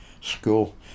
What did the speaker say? school